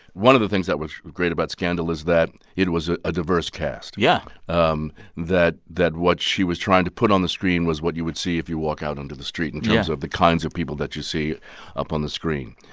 one of the things that was great about scandal is that it was ah a diverse cast yeah um that that what she was trying to put on the screen was what you would see if you walk out onto the street in terms of the kinds of people that you see up on the screen.